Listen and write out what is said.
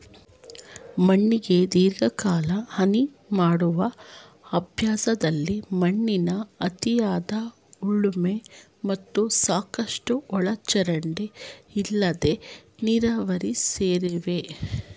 ಮಣ್ಣಿಗೆ ದೀರ್ಘಕಾಲ ಹಾನಿಮಾಡುವ ಅಭ್ಯಾಸದಲ್ಲಿ ಮಣ್ಣಿನ ಅತಿಯಾದ ಉಳುಮೆ ಮತ್ತು ಸಾಕಷ್ಟು ಒಳಚರಂಡಿ ಇಲ್ಲದ ನೀರಾವರಿ ಸೇರಿವೆ